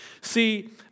See